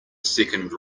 second